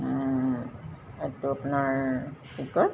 এইটো আপোনাৰ কি কয়